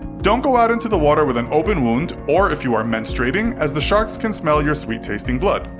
don't go out into the water with an open wound or if you are menstruating, as the sharks can smell your sweet-tasting blood.